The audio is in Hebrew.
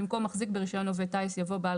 במקום "מחזיק ברישיון עובד טיס" יבוא "בעל